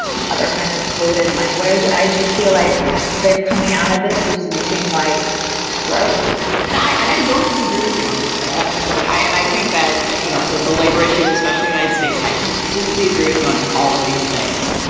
and other kind of coded language. i just feel like they've coming out of this was looking like gross and i don't i don't don't disagree with you on that at all. like i and i think that, you know, the the labor issues, especially united states. i completely agree with you on all of these things.